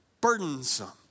burdensome